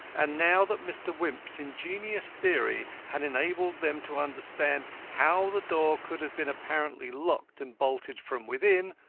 and now that mr. wimp's ingenious theory had enabled them to understand how the door could have been apparently locked and bolted from within,